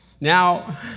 now